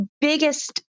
biggest